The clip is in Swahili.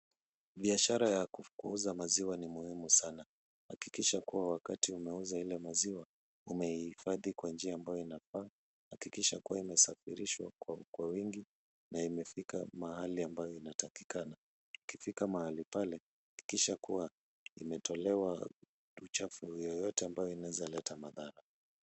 Biashara ya kuuza maziwa ni muhimu sana. Hakikisha kuwa wakati unauza ile maziwa umeihifadhi kwa njia ambayo inafaa, hakikisha kuwa imesafirishwa kwa wingi na imefika mahali ambayo inatakikana. Ikifika mahali pale hakikisha kuwa imetolewa uchafu yoyote ambayo inaweza leta madhara.